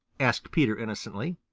asked peter innocently.